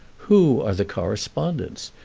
who are the correspondents,